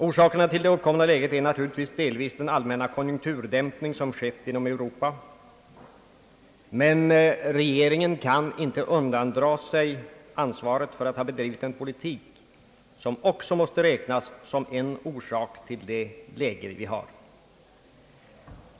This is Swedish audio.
Orsakerna till det uppkomna läget är naturligtvis delvis den allmänna konjunkturdämpning som skett i Europa. Men regeringen kan inte undandra sig ansvaret för att ha bedrivit en politik, som också måste räknas som en orsak till det läge vi har.